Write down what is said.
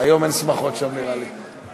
היום אין שמחות שם, נראה לי.